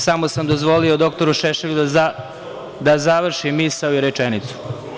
Samo sam dozvolio dr Šešelju da završi misao i rečenicu.